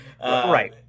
right